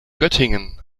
göttingen